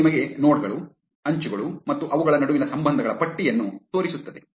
ಇದು ನಿಮಗೆ ನೋಡ್ ಗಳು ಅಂಚುಗಳು ಮತ್ತು ಅವುಗಳ ನಡುವಿನ ಸಂಬಂಧಗಳ ಪಟ್ಟಿಯನ್ನು ತೋರಿಸುತ್ತದೆ